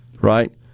Right